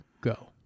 Go